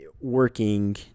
working